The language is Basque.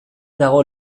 dago